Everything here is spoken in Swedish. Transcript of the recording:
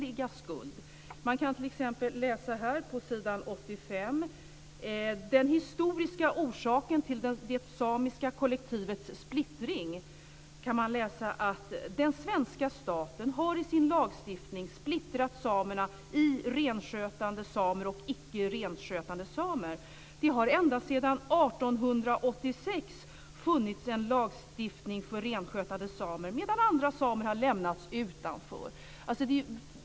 På s. 85 kan man t.ex. läsa om den historiska orsaken till det samiska kollektivets splittring. Det står att den svenska staten i sin lagstiftning har splittrat samerna i renskötande samer och icke renskötande samer. Det har ända sedan 1886 funnits en lagstiftning för renskötande samer, medan andra samer har lämnats utanför.